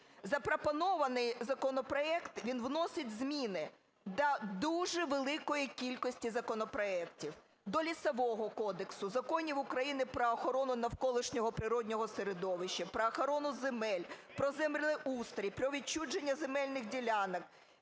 Запропонований законопроект, він вносить зміни до дуже великої кількості законопроектів: до Лісового кодексу, законів України про охорону навколишнього природного середовища, про охорону земель, про землеустрій, про відчуження земельних ділянок,